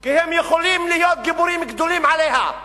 כי הם יכולים להיות גיבורים גדולים עליה.